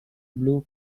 blue